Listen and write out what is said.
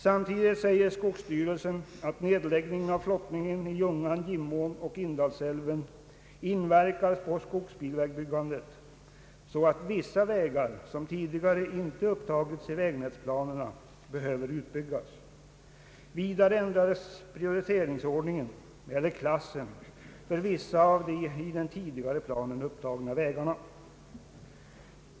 Samtidigt säger skogsstyrelsen att nedläggningen av flottningen i Ljungan, Gimån och Indalsälven inverkar på skogsbilvägbyggandet så att vissa vägar, som tidigare inte upptagits i vägnätsplanerna, behöver utbyggas. Vidare ändras = prioriteringsordningen = eller klassen för vissa av de i den tidigare planen upptagna vägarna.